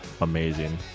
Amazing